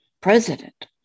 president